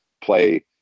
play